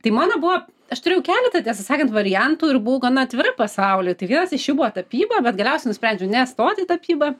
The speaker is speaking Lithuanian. tai mano buvo aš turėjau keletą tiesą sakant variantų ir buvau gana atvira pasauliui tai vienas iš jų buvo tapyba bet galiausiai nusprendžiau nestot į tapybą